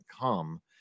come